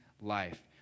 life